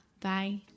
bye